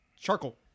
charcoal